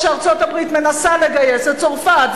כשארצות-הברית מנסה לגייס את צרפת,